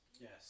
Yes